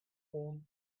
home